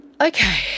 Okay